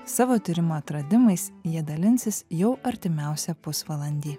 savo tyrimų atradimais jie dalinsis jau artimiausią pusvalandį